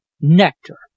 Nectar